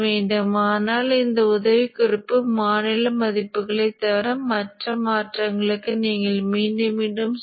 எனவே இந்த வழியில் நீங்கள் பல்வேறு கூறுகளை மதிப்பிடலாம்